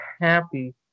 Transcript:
happy